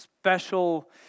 Special